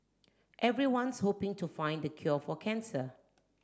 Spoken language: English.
everyone's hoping to find the cure for cancer